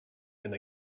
and